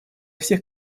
всех